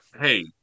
Hey